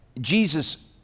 Jesus